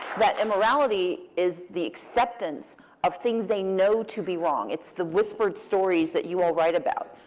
that immorality is the acceptance of things they know to be wrong. it's the whispered stories that you all write about.